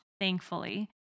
thankfully